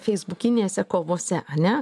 feisbukinėse kovose ane